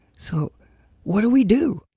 so what do we do?